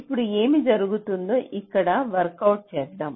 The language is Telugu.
ఇప్పుడు ఏమి జరుగుతుందో ఇక్కడ వర్కౌట్ చేద్దాం